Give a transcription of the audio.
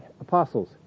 apostles